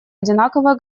одинаковое